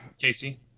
Casey